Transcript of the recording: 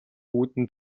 үүдэнд